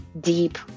deep